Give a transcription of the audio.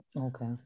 Okay